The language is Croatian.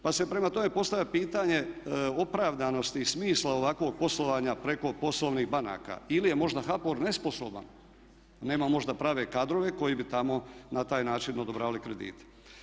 Pa se prema tome postavlja pitanje opravdanosti i smisla ovakvog poslovanja preko poslovnih banaka ili je možda HBOR nesposoban, nema možda prave kadrove koji bi tamo na taj način odobravali kredite.